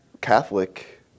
Catholic